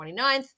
29th